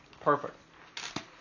Perfect